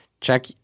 Check